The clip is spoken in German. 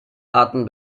arten